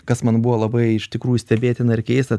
kas man buvo labai iš tikrųjų stebėtina ir keista